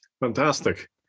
Fantastic